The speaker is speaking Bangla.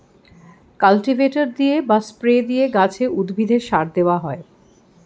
কাল্টিভেটর দিয়ে বা স্প্রে দিয়ে গাছে, উদ্ভিদে সার দেওয়া হয়